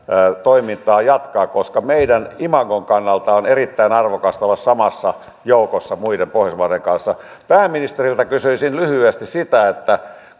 toimintaa jatkaa koska meidän imagon kannalta on erittäin arvokasta olla samassa joukossa muiden pohjoismaiden kanssa pääministeriltä kysyisin lyhyesti sitä että